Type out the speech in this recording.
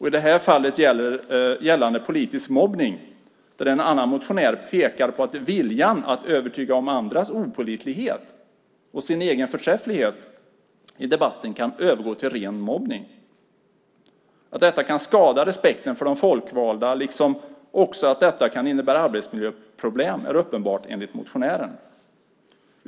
I det här fallet gäller det politisk mobbning. En annan motionär pekar på att viljan att övertyga om andras opålitlighet och sin egen förträfflighet i debatten kan övergå till ren mobbning. Att detta kan skada respekten för de folkvalda liksom att det kan innebära arbetsmiljöproblem är uppenbart enligt motionären.